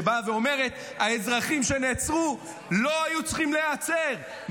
שבאה ואומרת: האזרחים שנעצרו לא היו צריכים להיעצר,